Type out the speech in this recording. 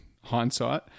hindsight